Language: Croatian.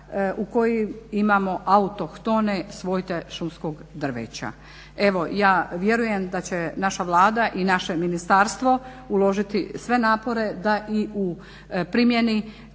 u kojima imamo autohtone svojte šumskog drveća. Evo, ja vjerujem da će naša Vlada i naše ministarstvo uložiti sve napore da i u primjeni